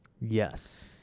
Yes